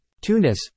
Tunis